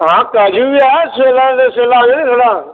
हां काजू बी ऐ सबेल्ला सबेल्ला आएओ नी थोह्ड़ा